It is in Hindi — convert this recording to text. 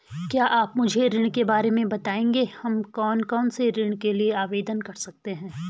क्या आप मुझे ऋण के बारे में बताएँगे हम कौन कौनसे ऋण के लिए आवेदन कर सकते हैं?